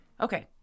Okay